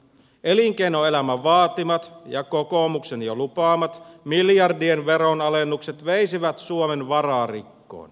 elinkeinoelämän vaatimat ja kokoomuksen jo lupaamat miljardien veronalennukset veisivät suomen vararikkoon